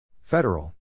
Federal